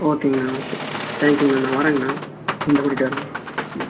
ஓகேங்கண்ணா சேரி தேங்க் யூங்கண்ணா நான் வரேங்கண்ணா இந்த கூட்டிகிட்டு வரேங்க